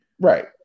right